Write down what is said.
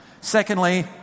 Secondly